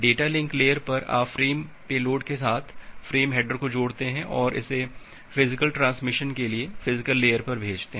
data link layer पर आप frame payload के साथ फ़्रेम हेडर को जोड़ते हैं और इसे फिजिकल ट्रांसमिशन के लिए फिजिकल लेयर पर भेजते हैं